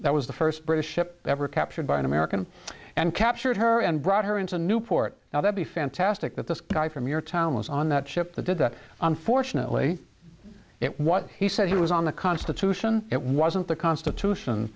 that was the first british ship ever captured by an american and captured her and brought her into newport now that the fantastic that this guy from your town was on that ship the did that unfortunately it what he said he was on the constitution it wasn't the constitution